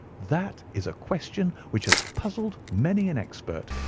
that is a question which has puzzled many an expert,